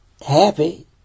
Happy